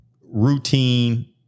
routine